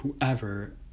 whoever